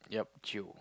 yup chio